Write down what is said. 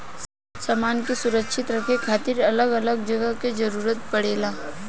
सामान के सुरक्षित रखे खातिर अलग अलग जगह के जरूरत पड़ेला